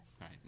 right